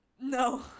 No